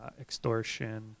extortion